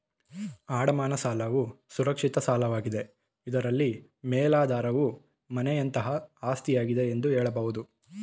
ಅಡಮಾನ ಸಾಲವು ಸುರಕ್ಷಿತ ಸಾಲವಾಗಿದೆ ಇದ್ರಲ್ಲಿ ಮೇಲಾಧಾರವು ಮನೆಯಂತಹ ಆಸ್ತಿಯಾಗಿದೆ ಎಂದು ಹೇಳಬಹುದು